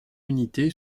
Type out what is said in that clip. unité